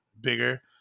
bigger